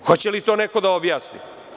Hoće li to neko da objasni?